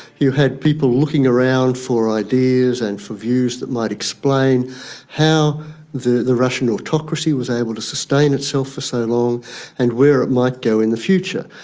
you had people looking around for ideas and for views that might explain how the the russian autocracy was able to sustain itself for so long and where it might go in the future.